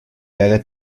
wäre